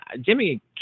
Jimmy